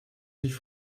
sich